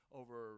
over